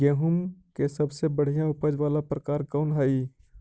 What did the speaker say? गेंहूम के सबसे बढ़िया उपज वाला प्रकार कौन हई?